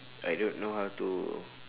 I don't know how to